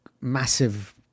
massive